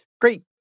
Great